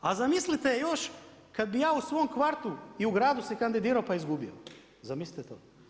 A zamislite još kad bih ja u svom kvartu i u gradu se kandidirao pa izgubio, zamislite to?